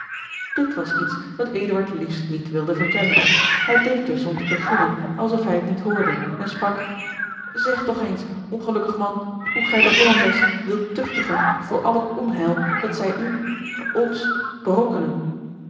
dit was iets dat eduard liefst niet wilde vertellen hij deed dus om te beginnen als of hij het niet hoorde en sprak zeg toch eens ongelukkig man hoe gij de hollanders wilt tuchtigen voor al het onheil dat zij u ons berokkenen